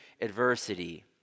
adversity